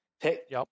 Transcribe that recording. pick